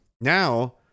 Now